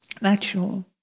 natural